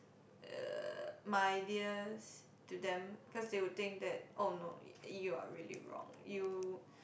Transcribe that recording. uh my ideas to them cause they would think that orh no you are really wrong you